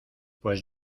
pues